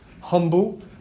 humble